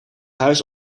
huis